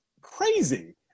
crazy